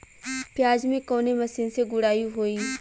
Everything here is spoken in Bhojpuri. प्याज में कवने मशीन से गुड़ाई होई?